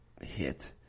hit